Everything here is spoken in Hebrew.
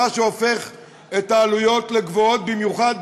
מה שהופך את העלויות לגבוהות במיוחד,